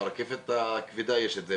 ברכבת הכבדה יש את זה,